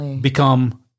become